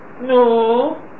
No